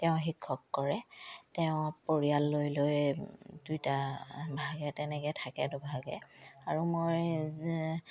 তেওঁ শিক্ষক কৰে তেওঁ পৰিয়াল লৈ লৈ দুইটা ভাগে তেনেকে থাকে দুভাগে আৰু মই